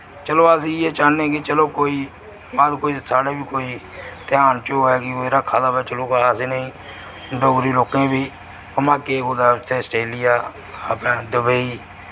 चलो अस इयै चाह्ने कि चलो कोई मत कोई साढ़ै बी कोई ध्यान च होऐ कि कोई रक्खा दा होऐ चलो असें नेईं डोगरी लोकें बी घुमागे कुतै उत्थै अस्ट्रेलिया अपनै दुबई